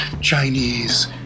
Chinese